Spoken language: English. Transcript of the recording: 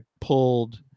pulled